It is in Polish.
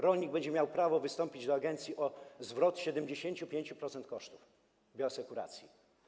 Rolnik będzie miał prawo wystąpić do agencji o zwrot 75% kosztów bioasekuracji.